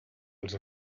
els